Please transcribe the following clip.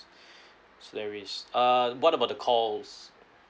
hilarious uh what about the calls